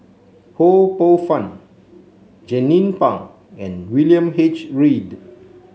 Ho Poh Fun Jernnine Pang and William H Read